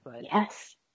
Yes